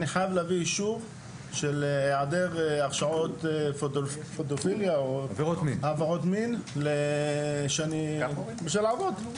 אני חייב להביא אישור של היעדר הרשעות עבירות מין בשביל לעבוד.